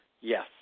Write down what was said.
yes